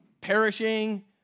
perishing